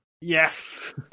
Yes